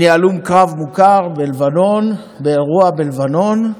אני הלום קרב מוכר מאירוע בלבנון,